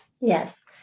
Yes